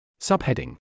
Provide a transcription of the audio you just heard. Subheading